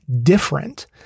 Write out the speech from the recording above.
different